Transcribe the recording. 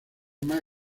más